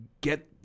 get